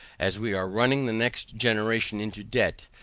as we are running the next generation into debt,